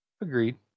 Agreed